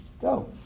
go